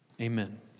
amen